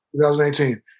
2018